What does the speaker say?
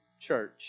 church